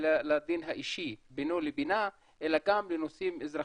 לדין האישי בינו לבינה, אלא גם בנושאים אזרחיים,